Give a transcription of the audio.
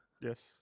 Yes